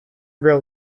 rail